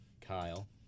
Kyle